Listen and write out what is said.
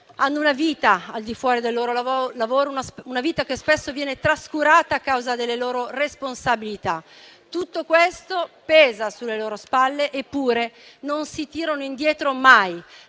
Hanno una vita al di fuori del loro lavoro; una vita che spesso viene trascurata a causa delle loro responsabilità. Tutto questo pesa sulle loro spalle, eppure non si tirano indietro mai.